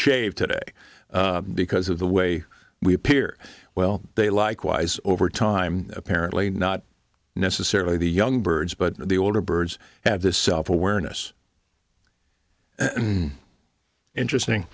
shaved today because of the way we appear well they likewise over time apparently not necessarily the young birds but the older birds have the self awareness interesting